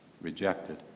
rejected